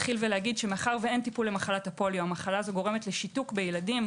מאחר שאין טיפול למחלת הפוליו - המחלה גורמת לשיתוק בילדים,